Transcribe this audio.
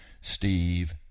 steve